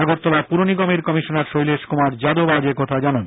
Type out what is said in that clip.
আগরতলা পুর নিগমের আধিকারিক শৈলেশ কুমার যাদব আজ একথা জানান